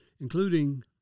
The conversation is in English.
including